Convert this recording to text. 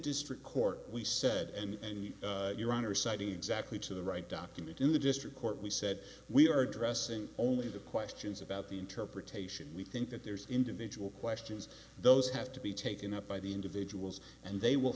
district court we said and your honor citing exactly to the right document in the district court we said we are addressing only the questions about the interpretation we think that there's individual questions those have to be taken up by the individuals and they will